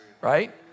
right